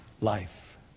life